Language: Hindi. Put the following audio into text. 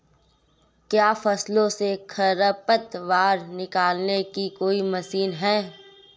क्या फसलों से खरपतवार निकालने की कोई मशीन है?